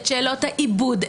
את שאלות העיבוד,